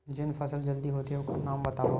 जेन फसल जल्दी होथे ओखर नाम बतावव?